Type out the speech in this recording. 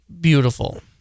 beautiful